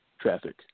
traffic